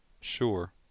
sure